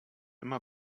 immer